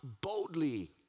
boldly